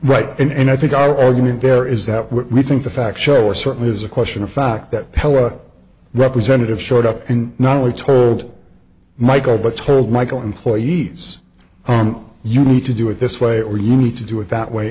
right and i think our argument there is that what we think the facts show are certainly is a question of fact that pella representative showed up and not only told michael but told michael employee's arm you need to do it this way or you need to do it that way